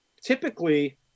Typically